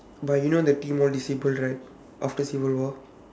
but you know the team all disabled right after civil war